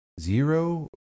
Zero